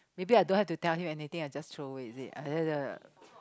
maybe I don't have to tell him anything I just throw away is it